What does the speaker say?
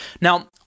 Now